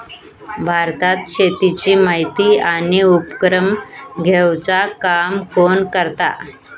भारतात शेतीची माहिती आणि उपक्रम घेवचा काम कोण करता?